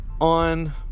on